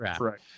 right